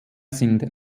sind